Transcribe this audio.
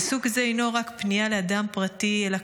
פסוק זה אינו רק פנייה לאדם פרטי אלא